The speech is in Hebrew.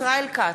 ישראל כץ,